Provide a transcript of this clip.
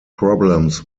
problems